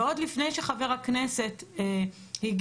ועוד לפני שחבר הכנסת הגיע,